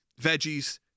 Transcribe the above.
veggies